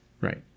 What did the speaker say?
Right